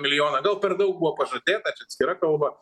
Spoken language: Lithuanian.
milijoną gal per daug buvo pažadėta čia atskira kalba